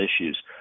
issues